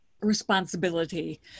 responsibility